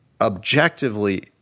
objectively